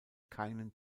keinen